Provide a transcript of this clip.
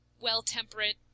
well-temperate